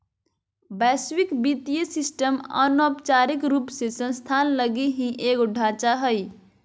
वैश्विक वित्तीय सिस्टम अनौपचारिक रूप से संस्थान लगी ही एगो ढांचा हय